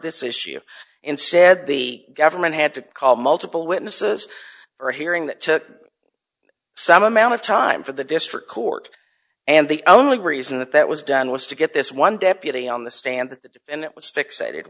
this issue instead the government had to call multiple witnesses or hearing that to some amount of time for the district court and the only reason that that was done was to get this one deputy on the stand that and it was fixated